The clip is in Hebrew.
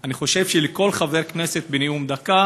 אני חושב שלכל חבר כנסת בנאום בן דקה